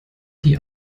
die